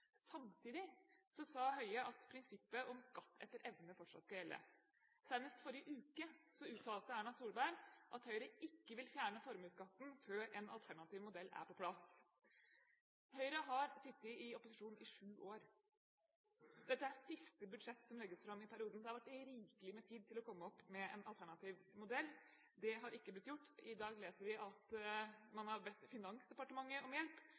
samtidig sa Høie at prinsippet om skatt etter evne fortsatt skal gjelde. Senest forrige uke uttalte Erna Solberg at Høyre ikke vil fjerne formuesskatten før en alternativ modell er på plass. Høyre har sittet i opposisjon i sju år. Dette er siste budsjett som legges fram i perioden, og det har vært rikelig med tid til å komme opp med en alternativ modell. Det har ikke blitt gjort. I dag leser vi at man har bedt Finansdepartementet om hjelp,